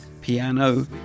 piano